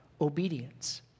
obedience